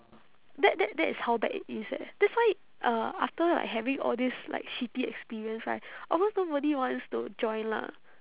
that that that is how bad it is eh that's why uh after like having all these like shitty experience right of course nobody wants to join lah